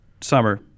summer